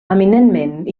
eminentment